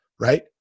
right